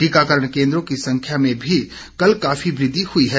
टीकाकरण केंद्रों की संख्या में भी कल काफी वृद्धि हुई है